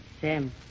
Sam